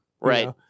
Right